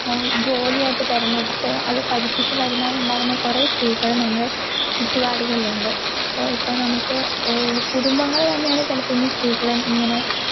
ജോലിയായിട്ട് തിരഞ്ഞെടുത്ത് അത് പഠിപ്പിച്ച് വരുമാനമുണ്ടാക്കുന്ന കുറെ സ്ത്രീകള് നമ്മുടെ ചുറ്റുപാടുകളിലുണ്ട് സോ ഇപ്പം നമുക്ക് കുടുംബങ്ങള് തന്നെയാണ് ചിലപ്പമെങ്കിൽ സ്ത്രീകളെ ഇങ്ങനെ